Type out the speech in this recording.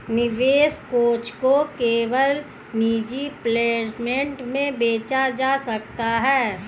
निवेश कोष को केवल निजी प्लेसमेंट में बेचा जा सकता है